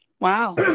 wow